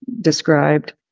described